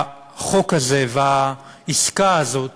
החוק הזה וההעסקה הזאת